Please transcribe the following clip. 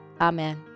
Amen